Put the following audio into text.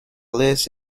list